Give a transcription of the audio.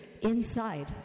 inside